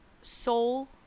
soul